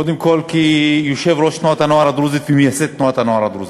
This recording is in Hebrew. קודם כול כיושב-ראש תנועת הנוער הדרוזית ומייסד תנועת הנוער הדרוזית,